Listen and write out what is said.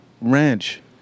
ranch